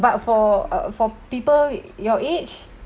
but for uh for people your age